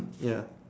ya